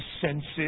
senses